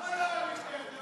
לא יכולים להתמודד מולו,